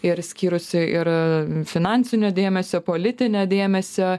ir skyrusi ir finansinio dėmesio politinio dėmesio